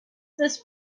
this